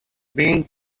been